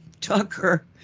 Tucker